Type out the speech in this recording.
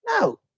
No